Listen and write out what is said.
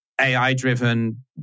AI-driven